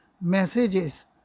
messages